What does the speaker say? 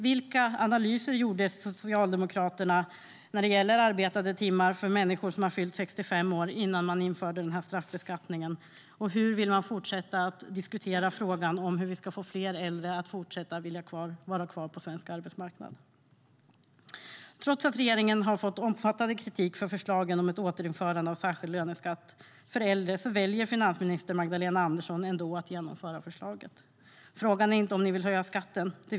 Vilka analyser gjorde Socialdemokraterna när det gäller arbetade timmar för människor som har fyllt 65 år innan de införde straffbeskattningen, och hur vill de fortsätta att diskutera frågan om hur vi ska få fler äldre att vilja vara kvar på svensk arbetsmarknad? Trots att regeringen har fått omfattande kritik för förslagen om ett återinförande av särskild löneskatt för äldre väljer finansminister Magdalena Andersson ändå att genomföra förslaget. Frågan är inte om ni vill höja skatten, Magdalena Andersson.